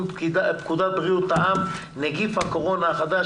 פקודת בריאות העם (נגיף הקורונה החדש